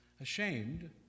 Ashamed